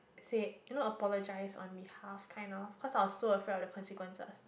said you know apologize on behalf kind of because I was so afraid of the consequences